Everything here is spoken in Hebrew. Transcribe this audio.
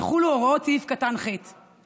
יחולו הוראות סעיף קטן (ח)".